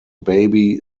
baby